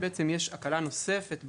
יש הקלה נוספת.